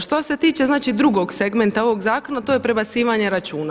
Što se tiče znači drugog segmenta ovog zakona to je prebacivanje računa.